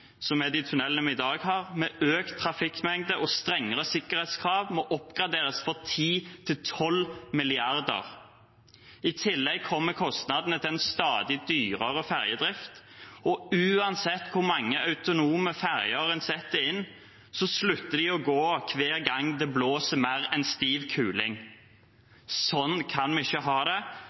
som er de tunnelene vi har i dag, med økt trafikkmengde og strengere sikkerhetskrav må oppgraderes for 10–12 mrd. kr. I tillegg kommer kostnadene til en stadig dyrere ferjedrift, og uansett hvor mange autonome ferjer en setter inn, slutter de å gå hver gang det blåser mer enn stiv kuling. Sånn kan vi ikke ha det